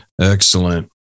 Excellent